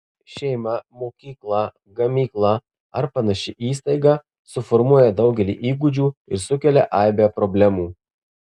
šeima mokykla gamykla ar panaši įstaiga suformuoja daugelį įgūdžių ir sukelia aibę problemų